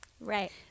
right